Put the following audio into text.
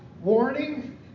Warning